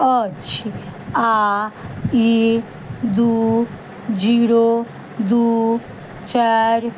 अछि आओर ई दू जीरो दू चारि